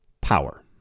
power